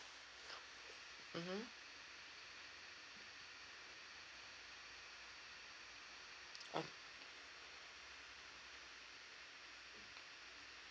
mmhmm